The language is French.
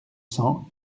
cent